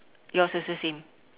yours also same